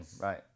Right